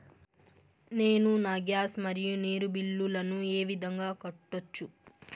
నేను నా గ్యాస్, మరియు నీరు బిల్లులను ఏ విధంగా కట్టొచ్చు?